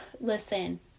listen